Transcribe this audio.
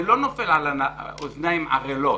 זה לא נופל על אוזניים ערלות.